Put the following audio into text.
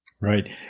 Right